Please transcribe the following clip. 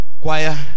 Choir